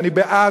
ואני בעד,